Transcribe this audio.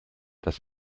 das